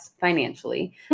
financially